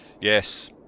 yes